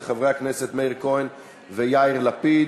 של חברי הכנסת מאיר כהן ויאיר לפיד.